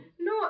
No